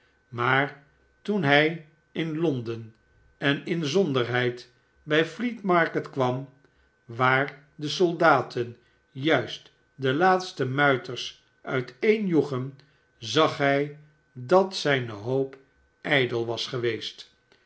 maar toen hij in londen en inzonderheid bij fleet market kwam waar de soldaten juist de laatste muiters uiteenjoegen zag hij dat zijne hoop ijdel was geweest